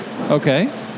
Okay